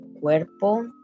cuerpo